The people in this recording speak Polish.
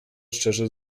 szczerze